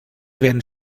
werden